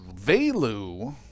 velu